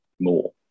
more